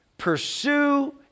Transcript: Pursue